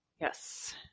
Yes